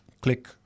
click